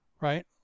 right